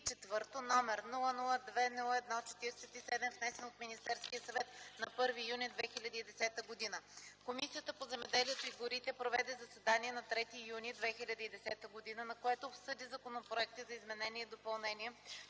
№ 002-01-47, внесен от Министерския съвет на 1 юни 2010 г. Комисията по земеделието и горите проведе заседание на 3 юни 2010 г., на което обсъди Законопроекти за изменение и допълнение